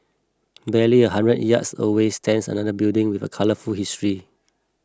barely a hundred yards away stands another building with a colourful history